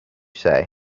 say